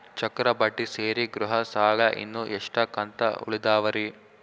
ಚಕ್ರ ಬಡ್ಡಿ ಸೇರಿ ಗೃಹ ಸಾಲ ಇನ್ನು ಎಷ್ಟ ಕಂತ ಉಳಿದಾವರಿ?